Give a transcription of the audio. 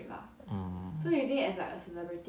mm